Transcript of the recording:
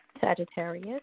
Sagittarius